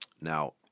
Now